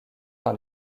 par